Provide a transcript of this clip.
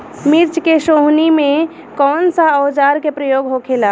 मिर्च के सोहनी में कौन सा औजार के प्रयोग होखेला?